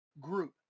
group